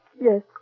Yes